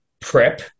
prep